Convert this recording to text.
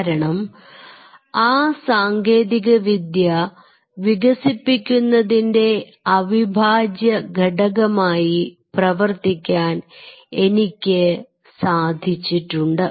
കാരണം ആ സാങ്കേതികവിദ്യ വികസിപ്പിക്കുന്നതിന്റെ അവിഭാജ്യഭാഗമായി പ്രവർത്തിക്കാൻ എനിക്ക് സാധിച്ചിട്ടുണ്ട്